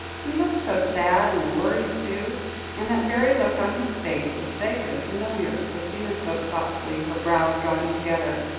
he looks so sad and worried, too and that very look on his face is vaguely familiar. christina spoke thoughtfully, her brows drawn together.